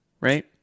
Right